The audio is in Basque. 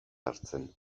hartzen